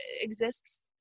exists